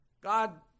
God